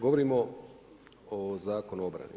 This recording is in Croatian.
Govorimo o Zakonu o obrani.